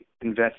invest